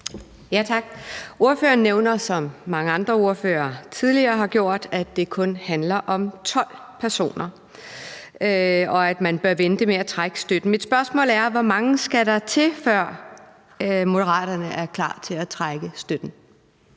Tak. Ordføreren nævner, som mange andre ordførere tidligere har gjort, at det kun handler om 12 personer, og at man bør vente med at trække støtten. Mit spørgsmål er, hvor mange skal der til, før Moderaterne er klar til at trække støtten?